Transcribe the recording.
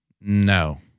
No